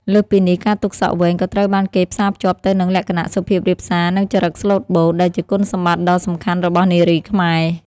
លើសពីនេះ ការទុកសក់វែងក៏ត្រូវបានគេផ្សារភ្ជាប់ទៅនឹង លក្ខណៈសុភាពរាបសារ និងចរិតស្លូតបូត ដែលជាគុណសម្បត្តិដ៏សំខាន់របស់នារីខ្មែរ។